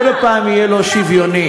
זה עוד הפעם יהיה לא שוויוני,